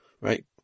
right